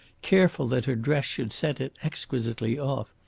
careful that her dress should set it exquisitely off.